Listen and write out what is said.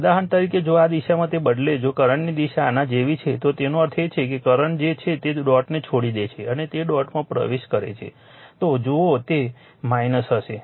ઉદાહરણ તરીકે જો આ દિશાઓને બદલે જો કરંટની દિશા આના જેવી છે તેનો અર્થ એ કે તે કરંટ છે જે ડોટને છોડી દે છે અને તે ડોટમાં પ્રવેશ કરે છે તો જુઓ તે હશે